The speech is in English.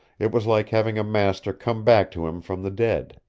it was like having a master come back to him from the dead.